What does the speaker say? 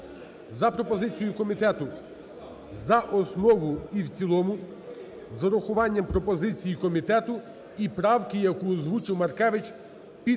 за пропозицією комітету за основу і в цілому з урахуванням пропозицій комітету і правки, яку озвучив Маркевич під стенограму.